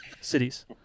cities